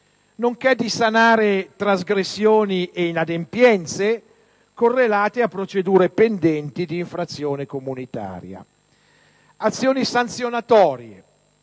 nonché di sanare trasgressioni e inadempienze correlate a procedure pendenti di infrazione comunitaria. Azioni sanzionatorie,